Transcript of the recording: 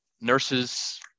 nurses